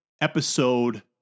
episode